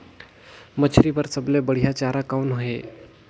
मछरी बर सबले बढ़िया चारा कौन हे?